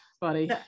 buddy